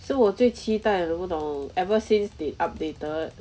是我最期待的懂不懂 ever since they updated